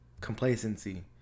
complacency